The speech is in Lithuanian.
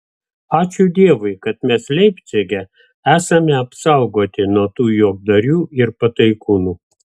ačiū dievui kad mes leipcige esame apsaugoti nuo tų juokdarių ir pataikūnų